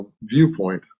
viewpoint